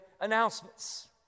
announcements